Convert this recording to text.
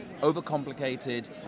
overcomplicated